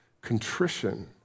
contrition